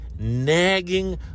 nagging